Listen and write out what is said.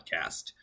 Podcast